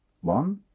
One